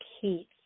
Keith